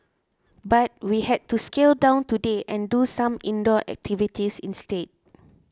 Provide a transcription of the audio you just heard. but we had to scale down today and do some indoor activities instead